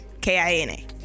k-i-n-a